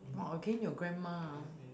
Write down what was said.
!wah! again your grandma ah